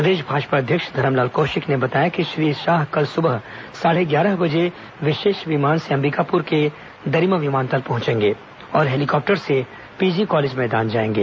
प्रदेश भाजपा अध्यक्ष धरमलाल कौशिक ने बताया कि श्री शाह कल सुबह साढ़े ग्यारह बजे विशेष विमान से अंबिकापुर के दरिमा विमानतल पहुंचेंगे और हेलीकॉप्टर से पीजी कालेज मैदान जाएंगे